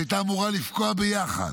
שהייתה אמורה לפקוע ביחד.